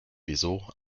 wieso